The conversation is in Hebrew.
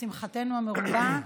לשמחתנו המרובה,